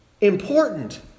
important